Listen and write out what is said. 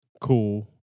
cool